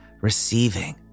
receiving